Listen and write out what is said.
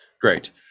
Great